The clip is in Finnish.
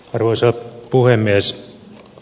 arvoisa puhemies